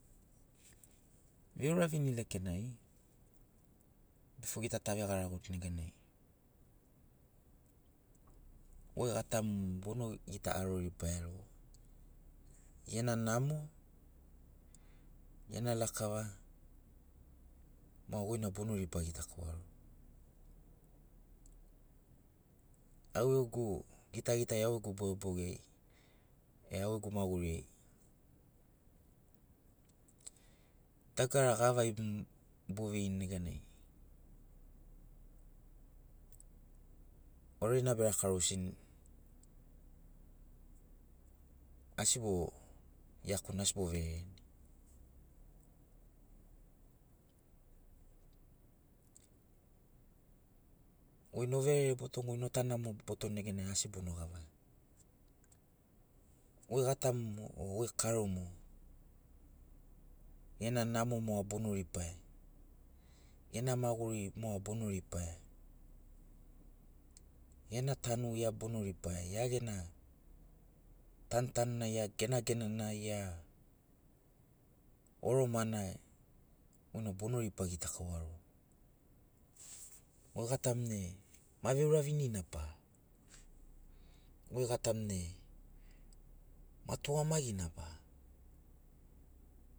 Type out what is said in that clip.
Veuravini lekenai bifo gita tave garagoto neganai goi gatamu bono gita aroribaia rogo gena namo gena lakava maki goina bono riba gitakaua rogo au gegu gitagitai au gegu bogebogeai e au gegu maguriai dagara gavai boveini neganai <> beraka rosini asi boaikuni asi bo verereni goi noverere botoni. goi notanu namo botoni neganai tu asi bono gava. Goi gatamu o goi karomu gena namo moga bono ribaiai gena maguri moga bono ribaia gena tanu gia bono. ribaia gia gena tanutanunai gia genagenanai gia oromana goina bono riba gitakaua rogo. Goi gatamu ne ma veuravinina ba goi gatamu ne ma tugamagina ba.